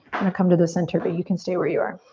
i'm gonna come to the center but you can stay where you are.